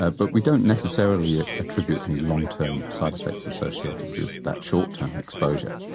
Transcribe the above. ah but we don't necessarily ah attribute any long-term side effects associated with that short-term exposure.